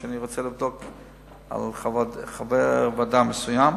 שאני רוצה לבדוק על חבר ועדה מסוים,